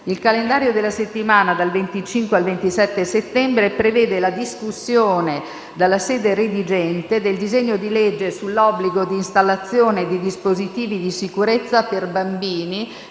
Il calendario della settimana dal 25 al 27 settembre prevede la discussione, dalla sede redigente, del disegno di legge sull'obbligo di installazione di dispositivi di sicurezza per bambini